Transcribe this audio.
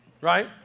right